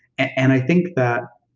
and i think that,